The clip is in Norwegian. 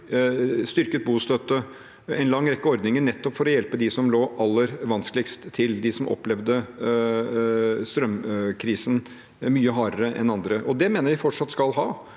styrket bostøtte. Det var en lang rekke ordninger for å hjelpe nettopp dem som var aller vanskeligst stilt, de som opplevde strømkrisen mye hardere enn andre. Jeg mener vi fortsatt skal ha